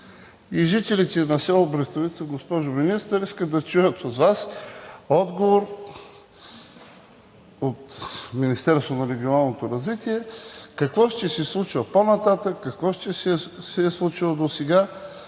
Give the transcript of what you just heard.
и жителите на село Брестовица, госпожо Министър, искаме да чуем от Вас отговор от Министерството на регионалното развитие: какво ще се случва по-нататък, какво се е случило досега